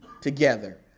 together